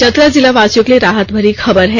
चतरा जिला वासियों के लिए राहत भरी खबर है